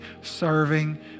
serving